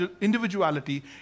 individuality